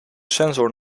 sensor